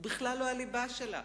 הוא בכלל לא הליבה שלה.